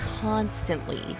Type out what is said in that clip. constantly